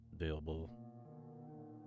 Available